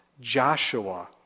Joshua